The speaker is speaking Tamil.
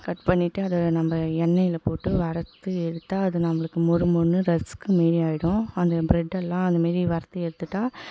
கட் பண்ணிவிட்டு அதை நம்ம எண்ணெயில் போட்டு வறுத்து எடுத்தால் அது நம்மளுக்கு மொறு மொறுனு ரஸ்க் மாரி ஆகிடும் அந்த ப்ரெட்டெல்லாம் அந்தமாரி வறுத்து எடுத்துவிட்டா